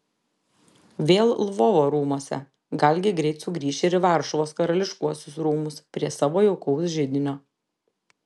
vėl lvovo rūmuose galgi greit sugrįš ir į varšuvos karališkuosius rūmus prie savo jaukaus židinio